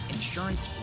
Insurance